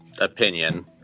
opinion